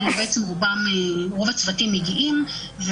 רוב הצוותים מגיעים,